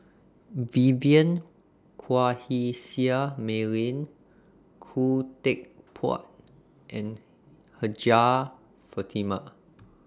Vivien Quahe Seah Mei Lin Khoo Teck Puat and Hajjah Fatimah